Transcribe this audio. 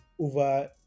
over